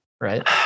Right